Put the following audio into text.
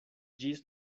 ĝis